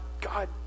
God